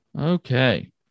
okay